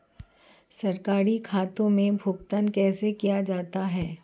सरकारी खातों में भुगतान कैसे किया जाता है?